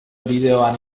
bideoan